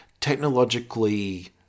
technologically